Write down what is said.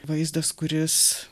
vaizdas kuris